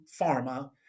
pharma